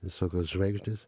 visokios žvaigždės